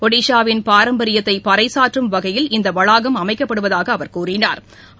ஒடிஸாவின் பாரம்பரியத்தை பறைசாற்றும் வகையில் இந்த வளாகம் அமைக்கப்படுவதாக அவா தெரிவித்தாா்